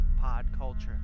PodCulture